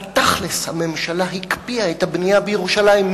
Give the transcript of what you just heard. בתכל'ס הממשלה הקפיאה את הבנייה בירושלים,